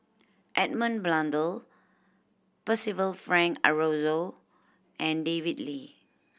Edmund Blundell Percival Frank Aroozoo and David Lee